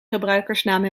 gebruikersnaam